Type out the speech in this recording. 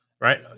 Right